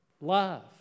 love